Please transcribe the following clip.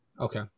okay